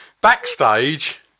backstage